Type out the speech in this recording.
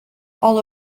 all